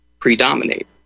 predominate